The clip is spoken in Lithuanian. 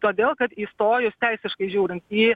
todėl kad įstojus teisiškai žiūrint į